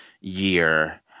year